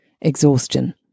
exhaustion